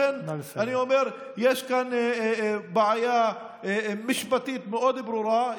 לכן אני אומר שיש כאן בעיה משפטית מאוד ברורה,